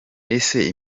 ese